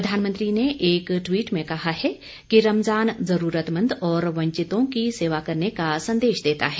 प्रधानमंत्री ने एक ट्वीट में कहा है कि रमजान जरूरतमंद और वंचितों की सेवा करने का संदेश देता है